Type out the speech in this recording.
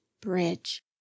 Bridge